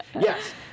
Yes